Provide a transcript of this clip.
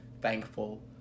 thankful